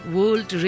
World